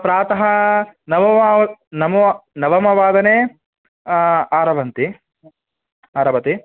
प्रातः नववाव नवम नवमवादने आरभन्ति आरभति